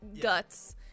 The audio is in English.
guts